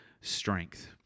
strength